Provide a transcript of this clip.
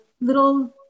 little